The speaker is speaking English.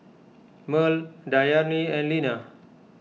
Merl Dayami and Lina